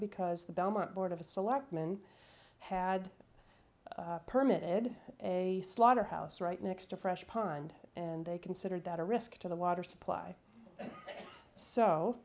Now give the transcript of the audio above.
because the belmont board of selectmen had a permit a slaughterhouse right next to fresh pond and they considered that a risk to the water supply so